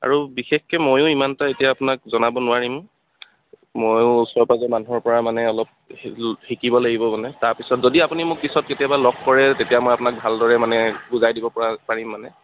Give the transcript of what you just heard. আৰু বিশেষকৈ ময়ো ইমান এটা আপোনাক এতিয়া জনাব নোৱাৰিম ময়ো ওচৰ পাঁজৰৰ মানুহৰ পৰা মানে অলপ শিকিব লাগিব মানে তাৰপিছত যদি আপুনি মোক পিছত কেতিয়াবা লগ কৰে তেতিয়া মই আপোনাক ভালদৰে মানে বুজাই দিব পৰা পাৰিম মানে